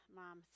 mom